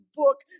book